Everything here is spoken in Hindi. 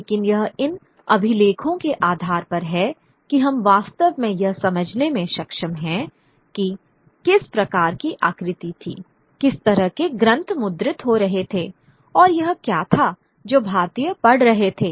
लेकिन यह इन अभिलेखों के आधार पर है कि हम वास्तव में यह समझने में सक्षम हैं कि किस प्रकार की आकृति थी किस तरह के ग्रंथ मुद्रित हो रहे थे और यह क्या था जो भारतीय पढ़ रहे थे